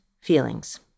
feelings